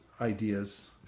ideas